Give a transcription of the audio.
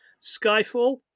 Skyfall